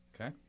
Okay